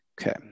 Okay